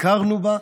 הכרנו בה,